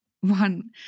one